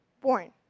born